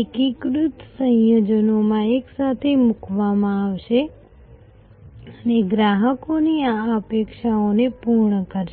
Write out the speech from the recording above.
એકીકૃત સંયોજનમાં એકસાથે મૂકવામાં આવશે અને ગ્રાહકોની આ અપેક્ષાઓને પૂર્ણ કરશે